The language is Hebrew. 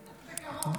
בקרוב.